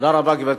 תודה רבה, גברת.